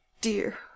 dear